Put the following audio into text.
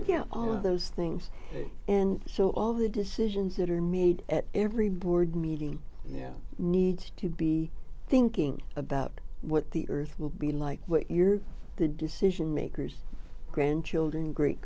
all of those things and so all the decisions that are made at every board meeting their needs to be thinking about what the earth will be like what year the decision makers grandchildren great